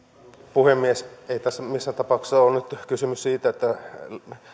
puhemies ei tässä missään tapauksessa ollut nyt kysymys siitä että